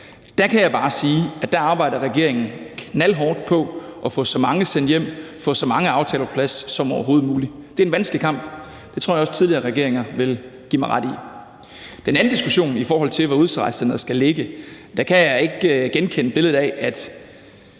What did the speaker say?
Der kan jeg bare sige, at der arbejder regeringen knaldhårdt på at få så mange sendt hjem og få så mange aftaler på plads som overhovedet muligt. Det er en vanskelig kamp, og det tror jeg også tidligere regeringer vil give mig ret i. I den anden diskussion, i forhold til hvor udrejsecenteret skal ligge, kan jeg ikke genkende billedet af, at